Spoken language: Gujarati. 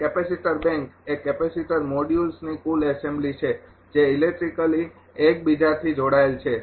અને કેપેસિટર બેંક એ કેપેસિટર મોડ્યુલ્સની કુલ એસેમ્બલી છે જે ઇલેક્ટ્રિકલી એક બીજાથી જોડાયેલ છે